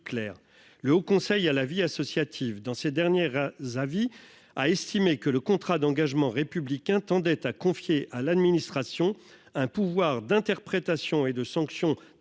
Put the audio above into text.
le Haut Conseil à la vie associative dans ces dernières. Avis a estimé que le contrat d'engagement républicain tendait à confier à l'administration un pouvoir d'interprétation et de sanctions